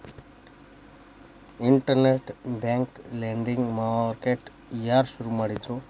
Internet bank lending market ಯಾರ್ ಶುರು ಮಾಡಿದ್ರು?